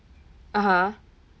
(uh huh)